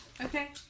Okay